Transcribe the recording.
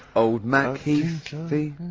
old mac heath he.